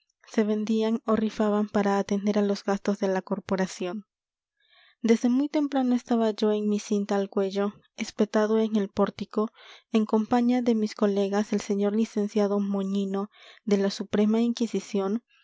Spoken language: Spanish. se vendían o rifaban para atender a los gastos de la corporación desde muy temprano estaba yo con mi cinta al cuello espetado en el pórtico en compaña de mis colegas el señor licenciado moñino de la suprema inquisición